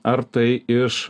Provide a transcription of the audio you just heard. ar tai iš